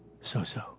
So-so